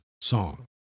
song